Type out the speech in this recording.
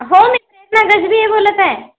हो मी प्रेरना गजबिये बोलत आहे